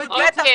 טעות ביתא,